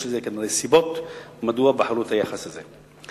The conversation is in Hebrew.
יש לזה כנראה סיבות מדוע בחרו את היחס הזה.